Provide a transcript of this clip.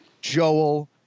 Joel